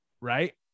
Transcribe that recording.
right